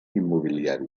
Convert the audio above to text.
immobiliari